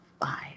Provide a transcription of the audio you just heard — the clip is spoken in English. five